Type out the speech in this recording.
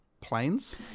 planes